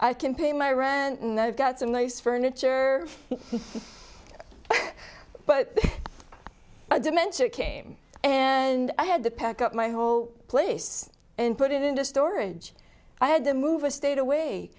i can pay my rent and that i've got some nice furniture but a dimension came and i had to pack up my whole place and put it into storage i had to move a state away